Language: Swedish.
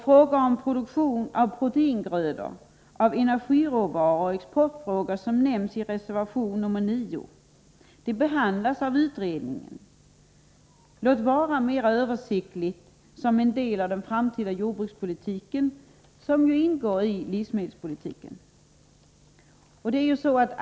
Frågor om produktion av proteingrödor, energiråvaror och export, som tas uppireservation 9, behandlas av utredningen — låt vara mera översiktligt som en del av den framtida jordbrukspolitiken, som ingår i livsmedelspolitiken.